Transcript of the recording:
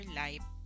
life